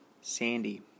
Sandy